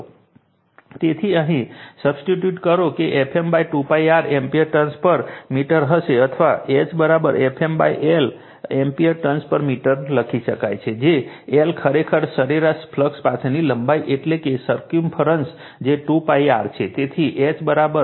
તેથી અહીં સબસ્ટીટ્યુટ કરો તો તે Fm 2 π R ampere turns per metre હશે અથવા H Fm l ampere turns per metre લખી શકાય છે જે l ખરેખર સરેરાશ ફ્લક્સ પાથની લંબાઈ એટલે કે સર્કમ્ફરન્સ જે 2 π R છે